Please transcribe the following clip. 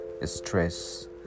stress